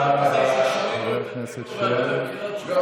כתוצאה מזה ששינינו את הרכב הוועדה לבחירת שופטים,